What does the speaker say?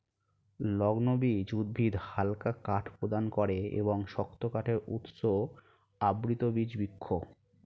নগ্নবীজ উদ্ভিদ হালকা কাঠ প্রদান করে এবং শক্ত কাঠের উৎস আবৃতবীজ বৃক্ষ